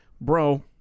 bro